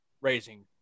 raising